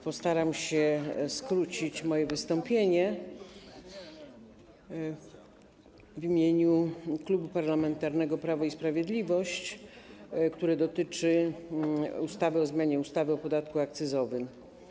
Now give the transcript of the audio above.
Postaram się skrócić swoje wystąpienie w imieniu Klubu Parlamentarnego Prawo i Sprawiedliwość, które dotyczy ustawy o zmianie ustawy o podatku akcyzowym.